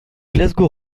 glasgow